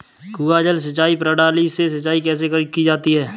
कुआँ जल सिंचाई प्रणाली से सिंचाई कैसे की जाती है?